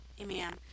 amen